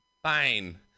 fine